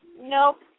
Nope